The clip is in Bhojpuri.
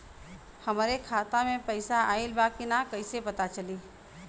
हमरे खाता में पैसा ऑइल बा कि ना कैसे पता चली?